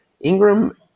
Ingram –